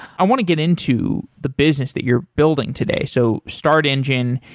i want to get into the business that you're building today. so startengine,